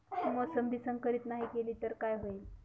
मोसंबी संकरित नाही केली तर काय होईल?